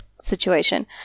situation